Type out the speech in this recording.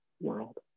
world